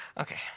Okay